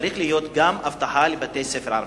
צריכה להיות אבטחה גם בבתי-ספר ערביים.